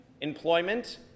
employment